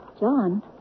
John